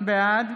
בעד